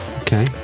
okay